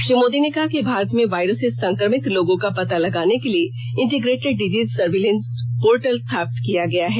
श्री मोदी ने कहा कि भारत में वायरस से संक्रमित लोगों का पता लगाने के लिए इंटीग्रेटेड डिजीज सर्विलेंस पोर्टल स्थापित किया है